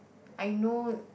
I know